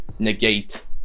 negate